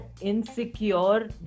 insecure